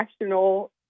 national